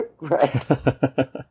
Right